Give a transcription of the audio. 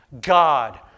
God